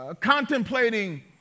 contemplating